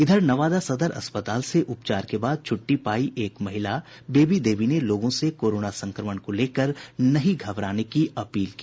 इधर नवादा सदर अस्पताल से उपचार के बाद छुट्टी पायी एक महिला बेबी देवी ने लोगों से कोरोना संक्रमण को लेकर नहीं घबराने की अपील की